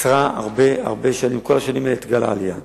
עצרה כל השנים האלה את גל העלייה.